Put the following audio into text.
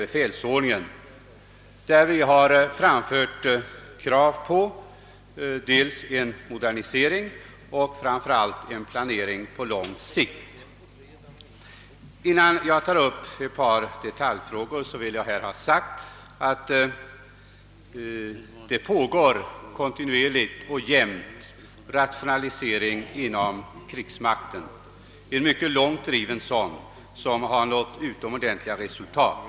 I fråga om dessa frågor har vi framfört krav på dels en modernisering, dels och framför allt en planering på lång sikt. Innan jag berör ett par detaljer vill jag säga att det inom krigsmakten pågår en kontinuerlig och jämn rationalisering som är långt driven och har medfört mycket goda resultat.